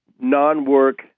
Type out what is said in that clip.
non-work